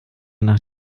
nach